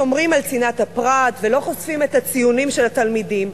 שומרים על צנעת הפרט ולא חושפים את הציונים של התלמידים,